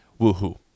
Woohoo